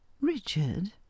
Richard